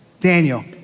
Daniel